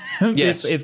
Yes